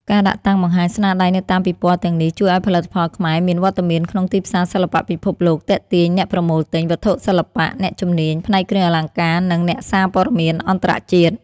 ការដាក់តាំងបង្ហាញស្នាដៃនៅតាមពិព័រណ៍ទាំងនេះ ជួយឱ្យផលិតផលខ្មែរមានវត្តមានក្នុងទីផ្សារសិល្បៈពិភពលោក ទាក់ទាញ អ្នកប្រមូលទិញ វត្ថុសិល្បៈ អ្នកជំនាញ ផ្នែកគ្រឿងអលង្ការ និង អ្នកសារព័ត៌មានអន្តរជាតិ។